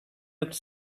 looked